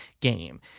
game